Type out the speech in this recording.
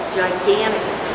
gigantic